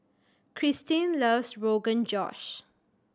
Krystin loves Rogan Josh